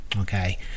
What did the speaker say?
okay